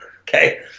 Okay